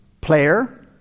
player